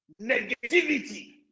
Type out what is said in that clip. negativity